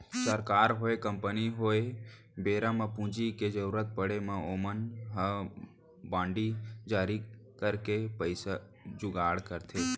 सरकार होय, कंपनी होय बेरा म पूंजी के जरुरत पड़े म ओमन ह बांड जारी करके पइसा जुगाड़ करथे